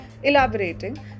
Elaborating